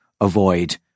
avoid